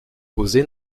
posé